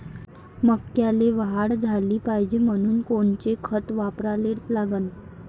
मक्याले वाढ झाली पाहिजे म्हनून कोनचे खतं वापराले लागन?